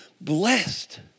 blessed